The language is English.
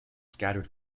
scattered